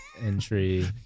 entry